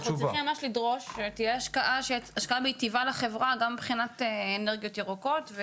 אנחנו צריכים לדרוש שתהיה השקעה מיטיבה לחברה גם מבחינת אנרגיות ירוקות.